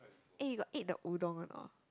eh you got ate the udon or not